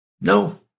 no